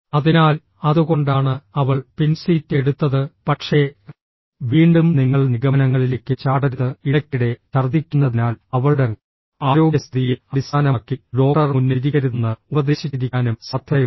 അതിനാൽ അതുകൊണ്ടാണ് അവൾ പിൻസീറ്റ് എടുത്തത് പക്ഷേ വീണ്ടും നിങ്ങൾ നിഗമനങ്ങളിലേക്ക് ചാടരുത് ഇടയ്ക്കിടെ ഛർദ്ദിക്കുന്നതിനാൽ അവളുടെ ആരോഗ്യസ്ഥിതിയെ അടിസ്ഥാനമാക്കി ഡോക്ടർ മുന്നിൽ ഇരിക്കരുതെന്ന് ഉപദേശിച്ചിരിക്കാനും സാധ്യതയുണ്ട്